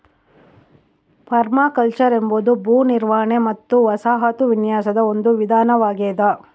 permaculture ಎಂಬುದು ಭೂ ನಿರ್ವಹಣೆ ಮತ್ತು ವಸಾಹತು ವಿನ್ಯಾಸದ ಒಂದು ವಿಧಾನವಾಗೆದ